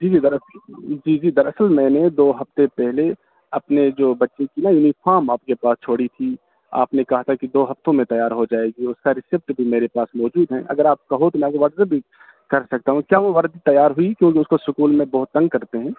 جی جی در اصل جی جی در اصل میں نے دو ہفتے پہلے اپنے جو بچے کی یونیفارم آپ کے پاس چھوڑی تھی آپ نے کہا تھا کہ دو ہفتوں میں تیار ہو جائے گی اس ریسپٹ بھی میرے پاس موجود ہے اگر آپ کہو تو میں آپ کو واٹس ایپ بھی کرسکتا ہوں کیا وہ وردی تیار ہوئی اس کو اسکول میں بہت تنگ کرتے ہیں